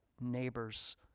neighbors